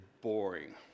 boring